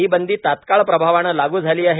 ही बंदी तात्काळ प्रभावानं लागू झाली आहे